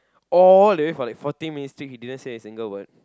all the way for like forty minutes still he didn't say a single word